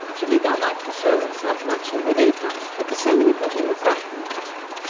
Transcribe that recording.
she did not like to show herself much in the daytime, because so many people were frightened by her.